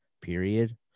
period